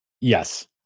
Yes